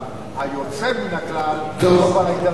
טוב, כל אחד יכול להבין את דברי איך שהוא רוצה.